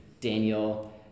Daniel